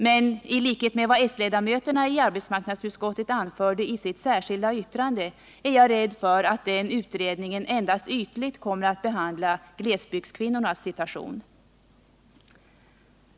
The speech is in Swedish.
Men i likhet med vad s-ledamöterna i arbetsmarknadsutskottet anförde i sitt särskilda yttrande är jag rädd för att den utredningen endast ytligt kommer att behandla glesbygdskvinnornas situation.